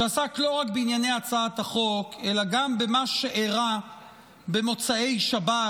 שעסק לא רק בענייני הצעת החוק אלא גם במה שאירע במוצאי שבת,